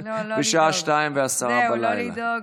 בשעה 02:10. זהו, לא לדאוג.